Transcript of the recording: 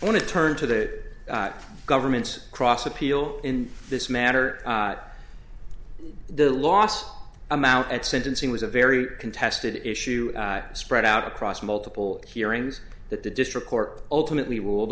to turn to the government's cross appeal in this matter the last amount at sentencing was a very contested issue spread out across multiple hearings that the district court ultimately ruled